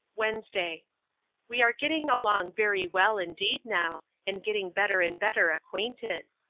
wednesday we are getting along very well indeed, now, and getting better and better acquainted.